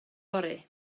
fory